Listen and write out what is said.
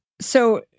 So-